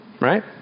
Right